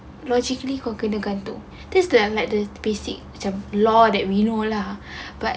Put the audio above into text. logically who kena gantung this is like um like the basic macam law that we know lah but